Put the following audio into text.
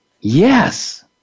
yes